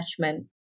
attachment